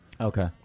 Okay